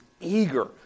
eager